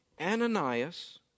Ananias